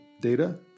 data